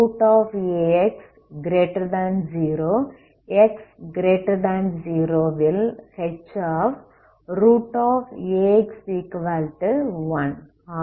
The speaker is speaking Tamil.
a0 ax0 x0 வில் Hax1